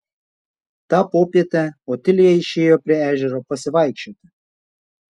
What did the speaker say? tą popietę otilija išėjo prie ežero pasivaikščioti